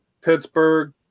Pittsburgh